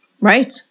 Right